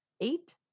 eight